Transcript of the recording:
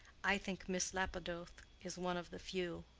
i think miss lapidoth is one of the few.